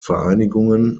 vereinigungen